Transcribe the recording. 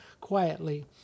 quietly